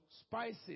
spices